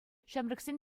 ҫамрӑксен